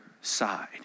side